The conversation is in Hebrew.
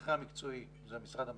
שהמנחה המקצועי זה המשרד הממשלתי,